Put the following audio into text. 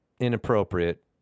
inappropriate